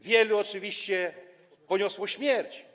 Wielu oczywiście poniosło śmierć.